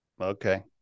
Okay